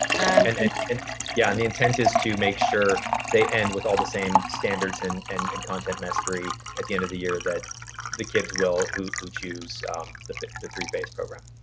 and and yeah, and the intent is to make sure they end with all the same standards and and and content mastery at the end of the year that the kids will who who choose the the three phase program.